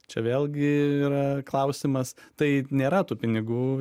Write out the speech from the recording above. čia vėlgi yra klausimas tai nėra tų pinigų